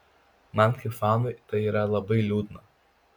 man kaip fanui tai yra labai liūdna